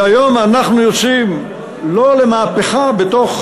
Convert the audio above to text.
והיום אנחנו יוצאים לא למהפכה בתוך